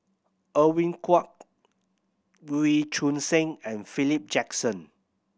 Edwin Koek Wee Choon Seng and Philip Jackson